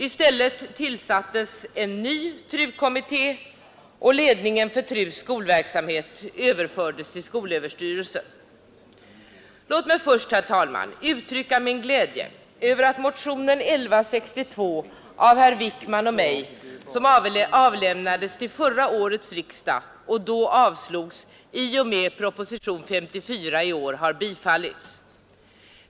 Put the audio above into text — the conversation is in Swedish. I stället tillsattes en ny TRU-kommitté, och ledningen för TRU:s skolverksamhet överfördes till skolöverstyrelsen. Låt mig först, herr talman, uttrycka min glädje över att motionen 1162 av herr Wijkman och mig vid förra årets riksdag, som då avslogs, i och med propositionen 54 har bifallits.